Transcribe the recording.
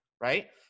Right